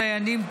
דיינים,